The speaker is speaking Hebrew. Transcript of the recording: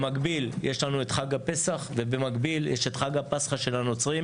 במקביל יש לנו את חג הפסח ובמקביל יש את חג הפסחא של הנוצרים.